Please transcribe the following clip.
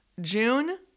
June